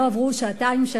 לא עברו שעתיים-שלוש,